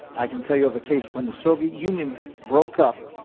i can tell you of a case when the soviet union broke up.